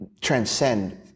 transcend